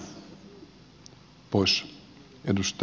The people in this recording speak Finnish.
herra puhemies